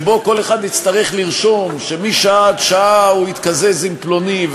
שבו כל אחד יצטרך לרשום שמשעה עד שעה הוא התקזז עם פלוני,